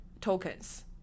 tokens